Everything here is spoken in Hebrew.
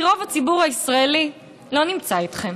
כי רוב הציבור הישראלי לא נמצא איתכם.